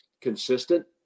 consistent